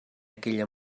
aquella